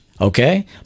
okay